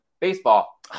baseball